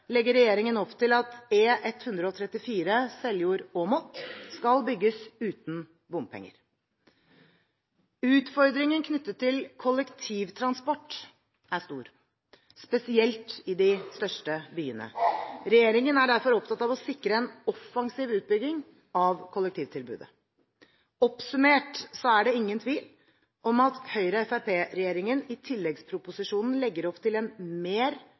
legger regjeringen opp til at E134 Seljord–Åmot skal bygges uten bompenger. Utfordringen knyttet til kollektivtransport er stor, spesielt i de største byene. Regjeringen er derfor opptatt av å sikre en offensiv utbygging av kollektivtilbudet. Oppsummert er det ingen tvil om at Høyre–Fremskrittsparti-regjeringen i tilleggsproposisjonen legger opp til en mer